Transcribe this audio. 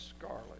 scarlet